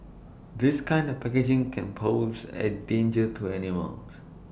this kind of packaging can pose A danger to animals